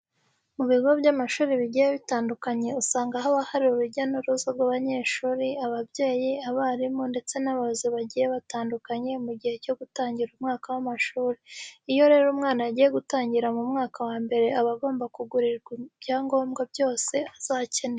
Mu bigo by'amashuri bigiye bitandukanye usanga haba hari urujya n'uruza rw'abanyeshuri, ababyeyi, abarimu ndetse n'abayobozi bagiye batandukanye mu gihe cyo gutangira umwaka w'amashuri. Iyo rero umwana agiye gutangira mu mwaka wa mbere aba agomba kugurirwa ibyangombwa byose azakenera.